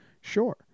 sure